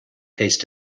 tastes